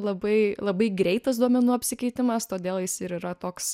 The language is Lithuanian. labai labai greitas duomenų apsikeitimas todėl jis ir yra toks